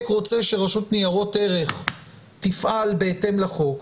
רוצה שהרשות לניירות ערך תפעל בהתאם לחוק,